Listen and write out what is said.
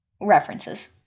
references